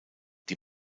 die